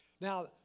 Now